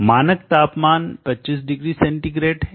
मानक तापमान 25 degree centigrade है